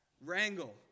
wrangle